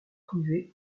privé